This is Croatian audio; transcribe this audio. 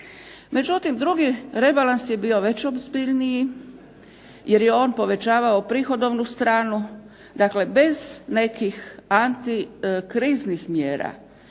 Međutim, drugi rebalans je bio već ozbiljniji jer je on povećavao prihodovnu stranu. Dakle bez nekih anti kriznih mjera,